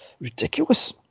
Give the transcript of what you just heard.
ridiculous